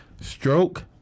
stroke